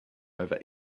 over